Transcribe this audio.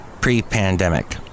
pre-pandemic